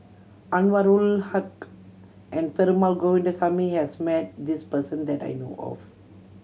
Anwarul Haque and Perumal Govindaswamy has met this person that I know of